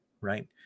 right